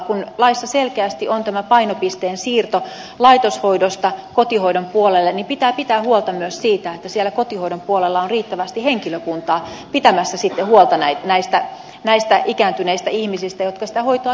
kun laissa selkeästi on tämä painopisteen siirto laitoshoidosta kotihoidon puolelle niin pitää pitää huolta myös siitä että siellä kotihoidon puolella on riittävästi henkilökuntaa pitämässä huolta näistä ikääntyneistä ihmisistä jotka sitä hoitoa tarvitsevat